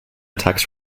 tax